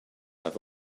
i’ve